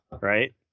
Right